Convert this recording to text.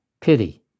pity